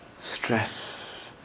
stress